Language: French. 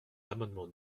l’amendement